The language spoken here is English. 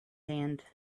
hand